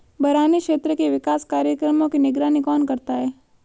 बरानी क्षेत्र के विकास कार्यक्रमों की निगरानी कौन करता है?